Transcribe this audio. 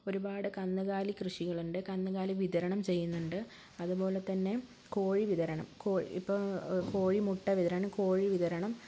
ഒരുപാട് കന്നുകാലി കൃഷികളുണ്ട് കന്നുകാലി വിതരണം ചെയ്യുന്നുണ്ട് അതുപോലെത്തന്നെ കോഴി വിതരണം കോഴി ഇപ്പോൾ കോഴി മുട്ട വിതരണം കോഴി വിതരണം